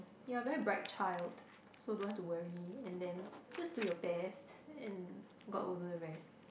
you're a very bright child so don't have to worry and then just do your best and god will do the rest